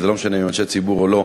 וזה לא משנה אם הם אנשי ציבור או לא.